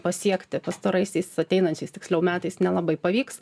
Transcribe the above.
pasiekti pastaraisiais ateinančiais tiksliau metais nelabai pavyks